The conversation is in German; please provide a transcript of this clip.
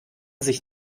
sich